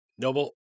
Noble